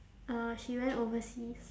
uh she went overseas